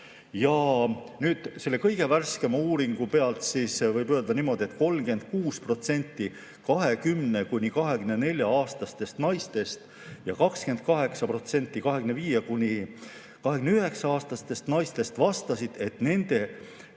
on. Selle kõige värskema uuringu pealt võib öelda niimoodi, et 36% 20–24-aastastest naistest ja 28% 25–29-aastastest naistest vastasid, et nende